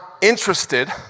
interested